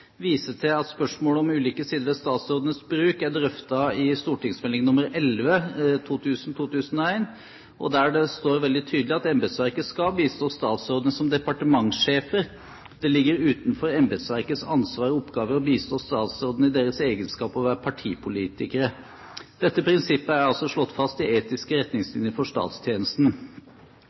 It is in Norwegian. viser til at spørsmålet om ulike sider ved statsrådenes bruk er drøftet i St.meld. nr. 11 for 2000–2001, der det står veldig tydelig at embetsverket skal bistå statsrådene som departementssjefer. Det ligger utenfor embetsverkets ansvar og oppgaver å bistå statsrådene i deres egenskap av å være partipolitikere. Dette prinsippet er slått fast i Etiske retningslinjer for statstjenesten.